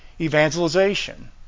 evangelization